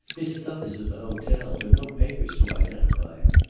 his stuff is at the hotel, but no papers to identify him.